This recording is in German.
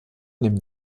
neben